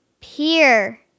Pier